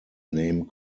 name